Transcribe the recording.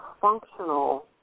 functional